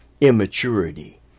Immaturity